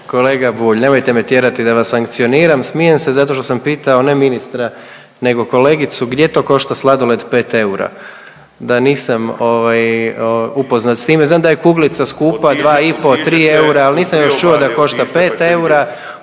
Kolega Bulj, nemojte me tjerati da vas sankcioniram, smijem se zato što sam pitao ne ministra nego kolegicu gdje to košta sladoled 5 eura, da nisam ovaj upoznat s time. Znam da je kuglica skupa 2,5-3 eura, al nisam još čuo da košta 5 eura,